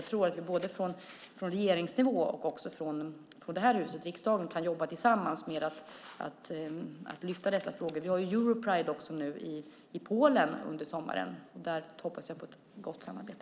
Jag tror att vi från både regeringens sida och från riksdagen kan jobba tillsammans för att lyfta upp dessa frågor. Dessutom har vi i sommar Europride i Polen, och där hoppas jag på ett gott samarbete.